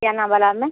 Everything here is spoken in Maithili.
एना बलामे